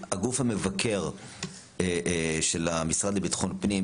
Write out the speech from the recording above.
הגוף המבקר של המשרד לביטחון פנים,